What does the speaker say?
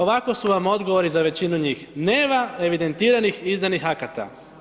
Ovako su vam odgovori za većinu njih, nema evidentiranih i izdanih akata.